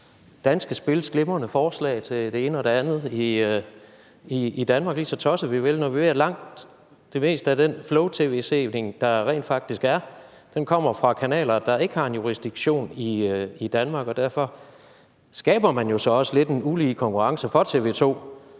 Danske Spils glimrende forslag til det ene og det andet i Danmark, lige så tosset vi vil, når langt det meste af det flow-tv, vi leverer, rent faktisk kommer fra kanaler, der ikke har deres jurisdiktion i Danmark. Derfor skaber man også lidt en ulige konkurrence for TV